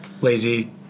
lazy